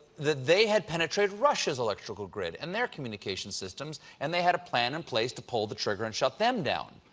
that they had penetrated russia's electrical grid and their communication systems and they had a plan in place to pull the trigger and shut them down.